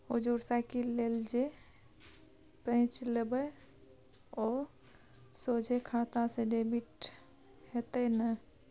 हुजुर साइकिल लेल जे पैंच लेबय ओ सोझे खाता सँ डेबिट हेतेय न